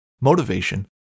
motivation